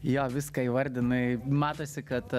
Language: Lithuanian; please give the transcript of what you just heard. jo viską įvardinai matosi kad